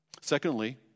Secondly